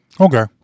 Okay